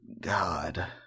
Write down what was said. God